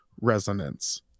resonance